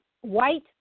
white